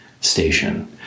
station